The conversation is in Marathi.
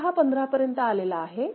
इथे हा 15 पर्यंत आलेला आहे